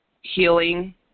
healing